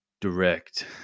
direct